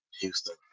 Houston